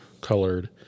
colored